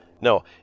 No